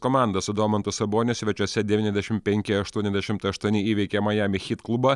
komanda su domantu saboniu svečiuose devyniasdešim penki aštuoniasdešimt aštuoni įveikė majami hyt klubą